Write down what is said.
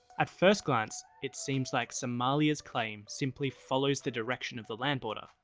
at first glance it seems like somalia's claim simply follows the direction of the land border,